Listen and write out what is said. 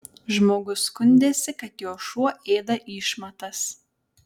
žmogus skundėsi kad jo šuo ėda išmatas